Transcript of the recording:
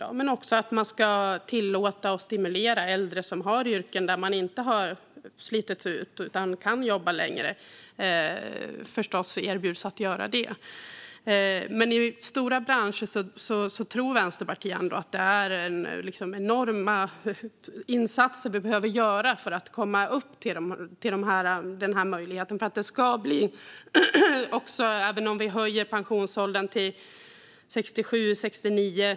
Men det handlar också om att man ska tillåta och stimulera äldre som har yrken där de inte har slitits ut att jobba längre. De ska förstås erbjudas att göra det. Men i stora branscher tror Vänsterpartiet ändå att vi behöver göra enorma insatser för att komma upp till den här möjligheten. Vi kanske höjer pensionsåldern till 67 år eller 69 år.